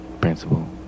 principle